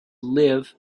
live